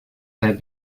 have